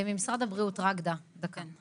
ממשרד הבריאות, רגדה, דקה.